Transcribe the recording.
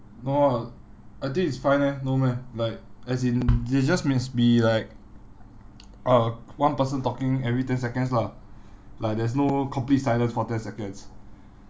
no ah I think it's fine leh no meh like as in they just must be like uh one person talking every ten seconds lah like there's no complete silence for ten seconds